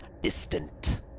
distant